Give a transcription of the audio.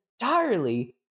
entirely